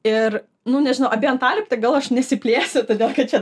ir nu nežinau apie antalieptę gal aš nesiplėsiu todėl kad čia